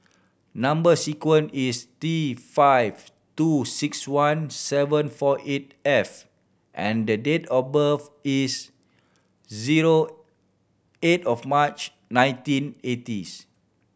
number sequence is T five two six one seven four eight F and the date of birth is zero eight of March nineteen eightieth